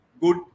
good